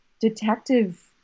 detective